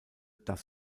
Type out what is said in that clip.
das